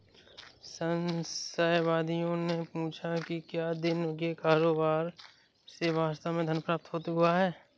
संशयवादियों ने पूछा कि क्या दिन के कारोबार से वास्तव में धन प्राप्त हुआ है